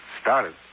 Started